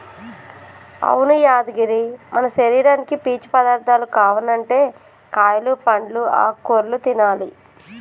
అవును యాదగిరి మన శరీరానికి పీచు పదార్థాలు కావనంటే కాయలు పండ్లు ఆకుకూరలు తినాలి